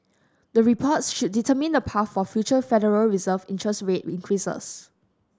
the reports should determine the path for future Federal Reserve interest rate increases